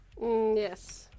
yes